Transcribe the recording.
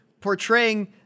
portraying